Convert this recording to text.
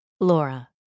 Laura